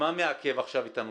מה מעכב עכשיו את הנושא?